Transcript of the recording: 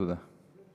תודה.